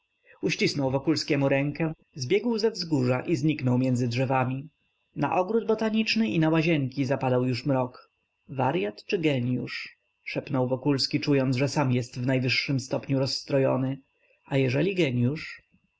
uścisnął wokulskiemu rękę zbiegł ze wzgórza i zniknął między drzewami na ogród botaniczny i na łazienki zapadał już mrok waryat czy gieniusz szepnął wokulski czując że sam jest w najwyższym stopniu rozstrojony a jeżeli